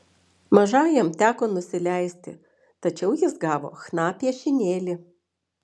mažajam teko nusileisti tačiau jis gavo chna piešinėlį